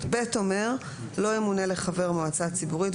(ב) לא ימונה לחבר המועצה הציבורית ולא